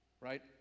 Right